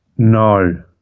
No